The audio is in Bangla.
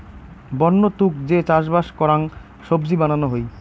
বন্য তুক যে চাষবাস করাং সবজি বানানো হই